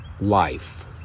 life